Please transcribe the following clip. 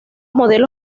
modelos